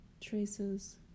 Traces